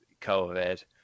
COVID